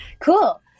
Cool